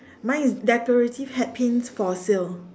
mine is decorative hat pins for sale